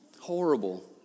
Horrible